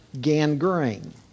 gangrene